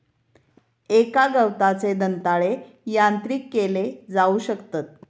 एका गवताचे दंताळे यांत्रिक केले जाऊ शकतत